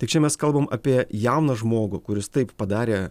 tai čia mes kalbam apie jauną žmogų kuris taip padarė